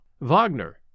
Wagner